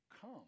come